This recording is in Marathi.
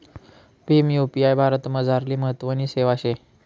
भीम यु.पी.आय भारतमझारली महत्वनी सेवा शे